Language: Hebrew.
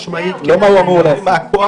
לא מה הוא אמור להשיג.